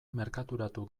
merkaturatu